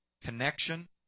connection